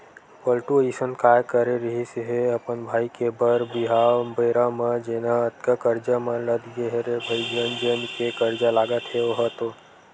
पलटू अइसन काय करे रिहिस हे अपन भाई के बर बिहाव बेरा म जेनहा अतका करजा म लद गे हे रे भई जन जन के करजा लगत हे ओहा तो